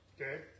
Okay